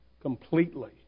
completely